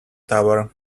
tower